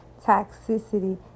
toxicity